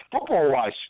football-wise